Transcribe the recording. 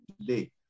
today